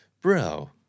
Bro